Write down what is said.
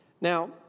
Now